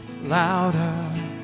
louder